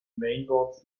mainboards